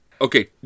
Okay